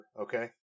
okay